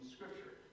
Scripture